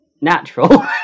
natural